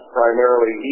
primarily